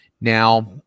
Now